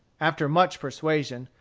after much persuasion,